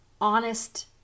honest